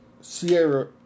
Sierra